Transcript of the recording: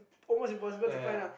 almost impossible to find lah